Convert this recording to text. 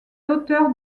l’auteur